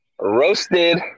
roasted